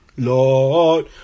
Lord